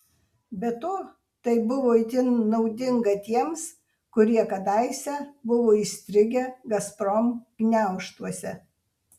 be to tai buvo itin naudinga tiems kurie kadaise buvo įstrigę gazprom gniaužtuose